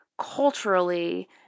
culturally